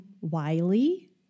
Wiley